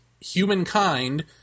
humankind